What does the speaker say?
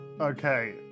Okay